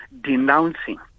denouncing